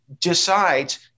decides